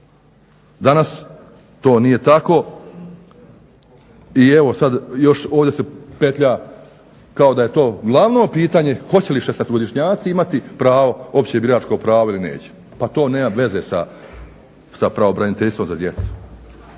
Danas to nije tako i evo sad još ovdje se petlja kao da je to glavno pitanje hoće li šesnaestogodišnjaci imati pravo, opće biračko pravo ili neće. Pa to nema veze sa pravobraniteljicom za djecu.